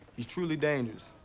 he's truly dangerous.